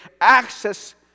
access